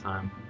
Time